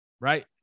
Right